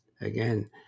again